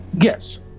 yes